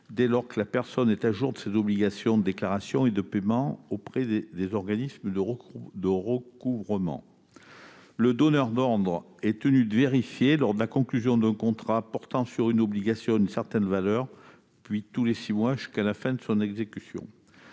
dès lors que la personne est à jour de ses obligations de déclaration et de paiement auprès des organismes de recouvrement. Le donneur d'ordre est tenu de vérifier, lors de la conclusion d'un contrat portant sur une obligation d'une certaine valeur, puis tous les six mois jusqu'à la fin de son exécution,